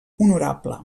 honorable